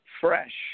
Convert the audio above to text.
fresh